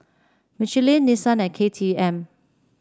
Michelin Nissan and K T M